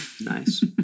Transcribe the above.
nice